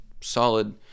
solid